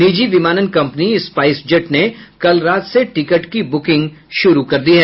निजी विमानन कम्पनी स्पाईस जेट ने कल रात से टिकट की ब्रकिंग शुरू कर दी है